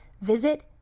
visit